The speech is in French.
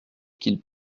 qu’il